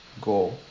go